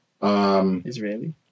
Israeli